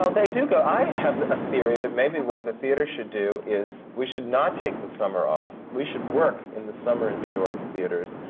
well, they do go. i have a theory that maybe what the theatre should do is, we should not take the summer off. we should work in the summer in new york theatres,